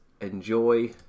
enjoy